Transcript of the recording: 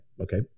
okay